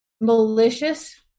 malicious